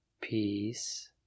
peace